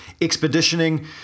expeditioning